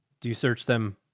do you search them?